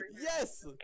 Yes